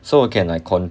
so again I con~